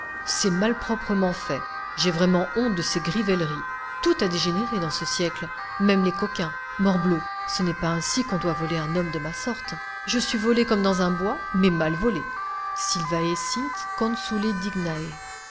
c'est malproprement fait j'ai vraiment honte de ces grivelleries tout a dégénéré dans ce siècle même les coquins morbleu ce n'est pas ainsi qu'on doit voler un homme de ma sorte je suis volé comme dans un bois mais mal volé sylvae sint